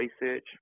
research